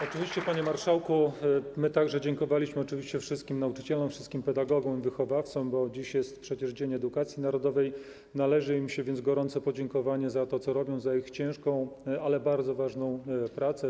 Oczywiście, panie marszałku, my także dziękowaliśmy wszystkim nauczycielom, wszystkim pedagogom, wychowawcom, bo dziś jest przecież Dzień Edukacji Narodowej, należy im się więc gorące podziękowanie za to, co robią, za ich ciężką, ale bardzo ważną pracę.